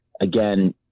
again